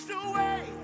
away